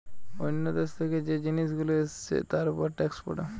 অন্য দেশ থেকে যে জিনিস গুলো এসছে তার উপর ট্যাক্স পড়ে